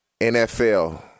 NFL